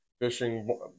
fishing